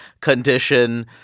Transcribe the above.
condition